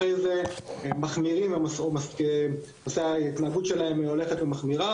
אחרי זה מחמירים ותפוסי ההתנהגות שלהם הולכת ומחמירה